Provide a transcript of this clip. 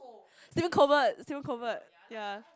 Stephen-Colbert Stephen-Colbert ya